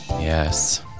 Yes